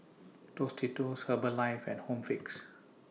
Tostitos Herbalife and Home Fix